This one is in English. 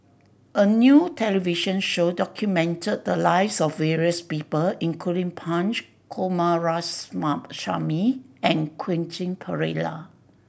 a new television show documented the lives of various people including Punch Coomaraswamy and Quentin Pereira